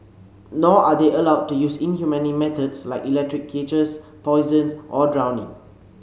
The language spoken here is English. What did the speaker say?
nor are they allowed to use inhumane methods like electric cages poison or drowning